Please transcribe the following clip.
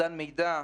אובדן מידע,